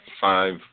five